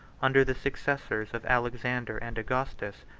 under the successors of alexander and augustus,